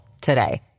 today